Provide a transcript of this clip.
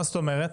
מה זאת אומרת?